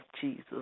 Jesus